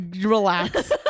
relax